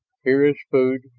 here is food,